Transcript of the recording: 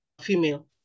female